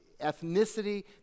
ethnicity